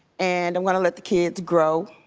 and i'm gonna let the kids grow.